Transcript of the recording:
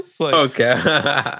Okay